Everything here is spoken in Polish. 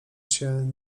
się